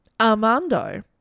Armando